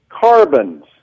carbons